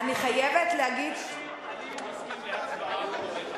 אני חייבת להגיד, אני מסכים להצבעה במועד אחר.